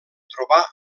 trobar